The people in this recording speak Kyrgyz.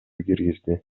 киргизди